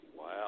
Wow